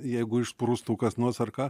jeigu išsprūstų kas nors ar ką